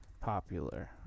Popular